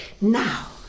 Now